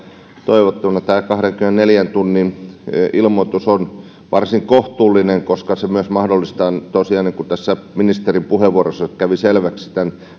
toivottuna tämä kahdenkymmenenneljän tunnin ilmoitus on varsin kohtuullinen koska se myös mahdollistaa tosiaan niin kuin tässä ministerin puheenvuorossa kävi selväksi nämä